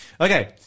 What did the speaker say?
Okay